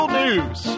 news